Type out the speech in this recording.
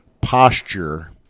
posture